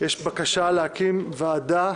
יש בקשה להקים ועדה